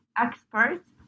experts